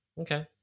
Okay